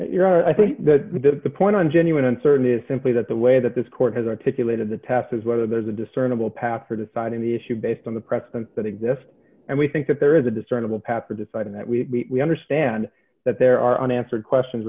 know i think that the point i'm genuine uncertain is simply that the way that this court has articulated the test is whether there's a discernible path for deciding the issue based on the precedents that exist and we think that there is a discernible path for deciding that we understand that there are unanswered questions